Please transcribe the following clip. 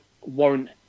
warrant